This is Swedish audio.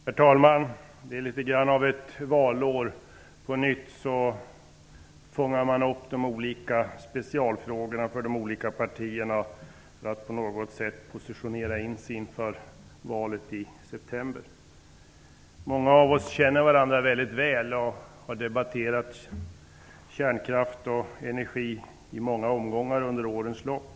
Herr talman! Det är valår på nytt. Partierna tar upp olika specialfrågor för att ''positionera in'' sig inför valet i september. Många av oss känner varandra väldigt väl och har debatterat kärnkraft och energifrågor i många omgångar under årens lopp.